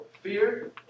Fear